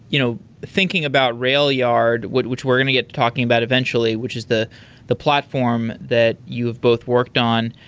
you know thinking about railyard, which we're going to get to talking about eventually, which is the the platform that you have both worked on.